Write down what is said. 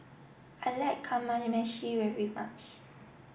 I like Kamameshi very much